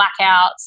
blackouts